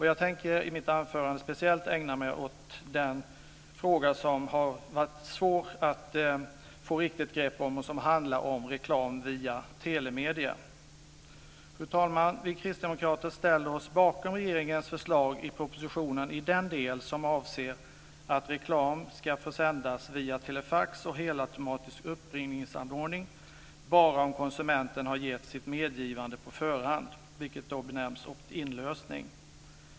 Jag tänker i mitt anförande speciellt ägna mig åt en fråga som har varit svår att riktigt få grepp om, nämligen reklam via telemedier. Fru talman! Vi kristdemokrater ställer oss bakom regeringens förslag i propositionen i den del som avser att reklam ska få sändas via telefax och helautomatisk uppringningsanordning bara om konsumenten har gett sitt medgivande på förhand, vilket benämns opt-in-lösning.